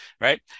right